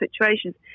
situations